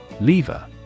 lever